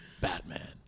Batman